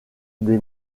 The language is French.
des